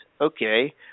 okay